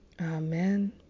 Amen